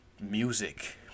music